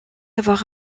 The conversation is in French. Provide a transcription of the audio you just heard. avoir